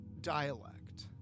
dialect